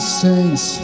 saints